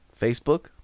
Facebook